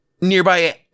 nearby